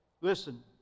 Listen